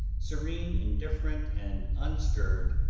serene, indifferent and unstirred.